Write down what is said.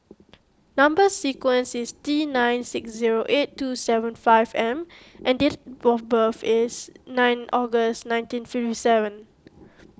Number Sequence is T nine six zero eight two seven five M and date of birth is nine August nineteen fifty seven